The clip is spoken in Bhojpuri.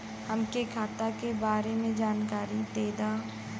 हमके खाता के बारे में जानकारी देदा?